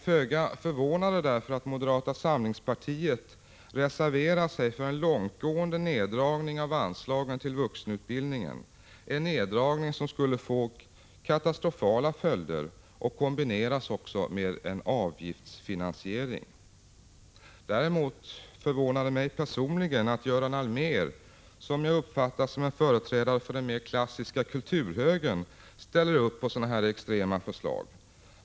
Föga förvånar det därför att moderata samlingspartiet reserverar sig för en långtgående neddragning av anslagen till vuxenutbildningen, en neddragning som skulle få katastrofala följder och som kornbineras med avgiftsfinansiering. Däremot förvånar det mig personligen att Göran Allmér, som jag uppfattar som en företrädare för den klassiska kulturhögern, ställer upp på sådana extrema förslag.